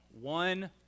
One